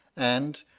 and,